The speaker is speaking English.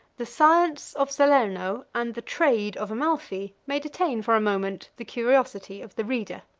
the science of salerno, and the trade of amalphi, may detain for a moment the curiosity of the reader.